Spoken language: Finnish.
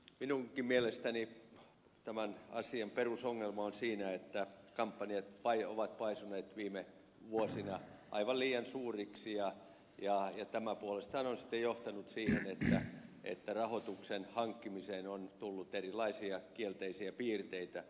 minunkin mielestäni tämän asian perusongelma on siinä että kampanjat ovat paisuneet viime vuosina aivan liian suuriksi ja tämä puolestaan on sitten johtanut siihen että rahoituksen hankkimiseen on tullut erilaisia kielteisiä piirteitä